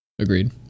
Agreed